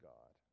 God